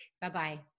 Bye-bye